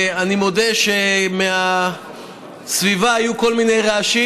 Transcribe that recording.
אני מודה שמהסביבה היו כל מיני רעשים,